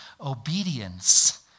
Obedience